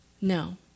No